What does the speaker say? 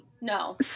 No